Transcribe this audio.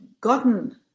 gotten